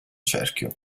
cerchio